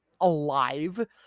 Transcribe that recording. alive